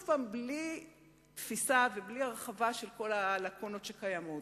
בלי להיכנס לתפיסה ולהרחבה של כל הלקונות הקיימות.